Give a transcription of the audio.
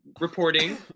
reporting